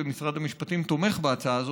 ומשרד המשפטים תומך בהצעה הזאת,